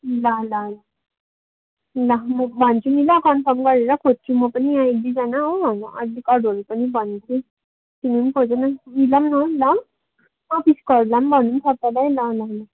ल ल ल ल म भन्छु नि ल कन्फर्म गरेर खोज्छु म पनि यहाँ एकदुईजना हो अहिले अरूहरूलाई पनि भनिदिन्छु तिमीले नि खोज न मिलाउ न ल अफिसकोहरूलाई भनौ सबैलाई ल ल ल